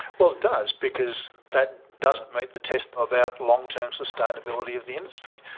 well, it does, because that doesn't meet the test about long-term sustainability of the industry.